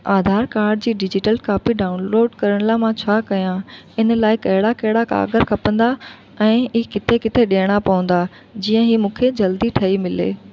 Aadhaar card जी digital copy download करण लाइ मां छा कयां इन लाइ कहिड़ा कहिड़ा क़ाॻर खपंदा ऐं ही किथे किथे ॾियणा पवंदा जीअं ही मूंखे जल्दी